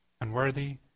Unworthy